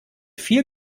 viel